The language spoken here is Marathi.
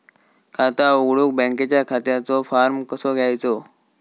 खाता उघडुक बँकेच्या खात्याचो फार्म कसो घ्यायचो?